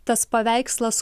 tas paveikslas